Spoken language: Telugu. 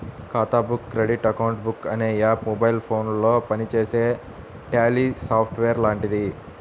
ఖాతా బుక్ క్రెడిట్ అకౌంట్ బుక్ అనే యాప్ మొబైల్ ఫోనులో పనిచేసే ట్యాలీ సాఫ్ట్ వేర్ లాంటిది